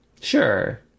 Sure